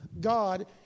God